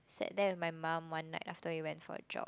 said that with my mum one night after he went for a job